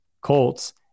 Colts